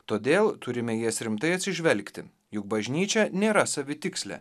todėl turime į jas rimtai atsižvelgti juk bažnyčia nėra savitikslė